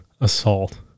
assault